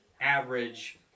average